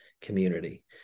community